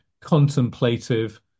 contemplative